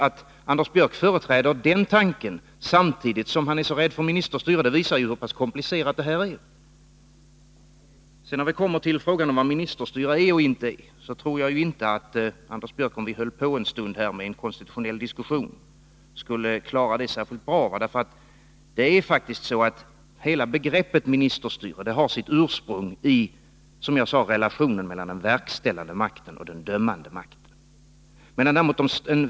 Att Anders Björck företräder den tanken, samtidigt som han är så rädd för ministerstyre, visar hur pass komplicerat det här är. När vi sedan kommer till frågan om vad ministerstyre är och inte är, tror jaginte att Anders Björck, om vi höll på en stund här med en konstitutionell diskussion, skulle klara definitionen särskilt bra. Hela begreppet ministerstyre har faktiskt sitt ursprung i, som jag sade, relationen mellan den verkställande makten och den dömande makten.